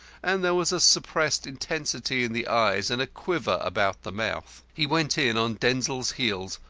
and there was a suppressed intensity in the eyes and a quiver about the mouth. he went in on denzil's heels,